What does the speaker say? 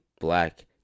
black